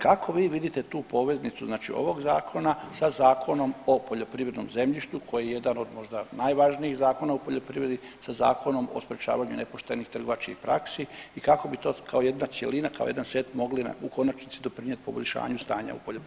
Kako vi vidite tu poveznicu znači ovog zakona sa Zakonom o poljoprivrednom zemljištu koji je jedan od možda najvažnijih zakona u poljoprivredi sa Zakonom o sprječavanju nepoštenih trgovačkih praksi i kako bi to kao jedna cjelina, kao jedan set mogli u konačnici doprinijeti poboljšanju stanja u poljoprivredi.